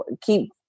keep